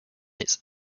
its